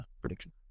prediction